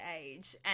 age